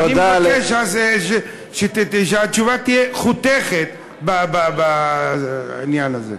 אני מבקש שהתשובה תהיה חותכת בעניין הזה.